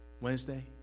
Wednesday